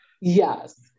Yes